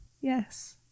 Yes